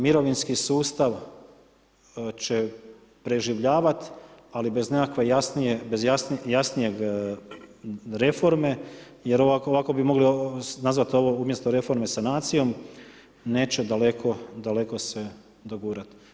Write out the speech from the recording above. Mirovinski sustav će preživljavati ali bez nekakve jasnije reforme jer ovako bi mogli nazvati ovo umjesto reforme sanacijom neće daleko, daleko se dogurati.